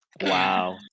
Wow